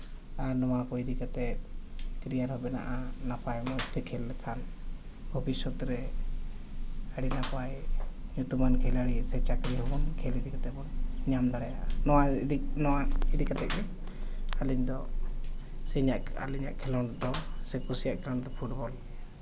ᱟᱨ ᱱᱚᱣᱟ ᱠᱚ ᱤᱫᱤ ᱠᱟᱛᱮᱫ ᱠᱮᱨᱤᱭᱟᱨ ᱦᱚᱸ ᱵᱮᱱᱟᱜᱼᱟ ᱱᱟᱯᱟᱭ ᱢᱚᱡᱽᱛᱮ ᱠᱷᱮᱞ ᱞᱮᱠᱷᱟᱱ ᱵᱷᱚᱵᱤᱥᱚᱛ ᱨᱮ ᱟᱹᱰᱤ ᱱᱟᱯᱟᱭ ᱧᱩᱛᱩᱢᱟᱱ ᱠᱷᱤᱞᱟᱲᱤ ᱥᱮ ᱪᱟᱹᱠᱨᱤ ᱦᱚᱸ ᱵᱚᱱ ᱠᱷᱮᱞ ᱤᱫᱤ ᱠᱟᱛᱮᱫ ᱵᱚᱱ ᱧᱟᱢ ᱫᱟᱲᱮᱭᱟᱜᱼᱟ ᱱᱚᱣᱟ ᱤᱫᱤ ᱱᱚᱣᱟ ᱤᱫᱤ ᱠᱟᱛᱮᱫ ᱜᱮ ᱟᱹᱞᱤᱧ ᱫᱚ ᱥᱮ ᱤᱧᱟᱹᱜ ᱟᱹᱞᱤᱧᱟᱜ ᱠᱷᱮᱞᱳᱰ ᱫᱚ ᱥᱮ ᱠᱩᱥᱤᱭᱟᱜ ᱠᱷᱮᱞᱚᱰ ᱫᱚ ᱯᱷᱩᱴᱵᱚᱞ